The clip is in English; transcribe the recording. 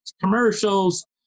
commercials